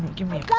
giving me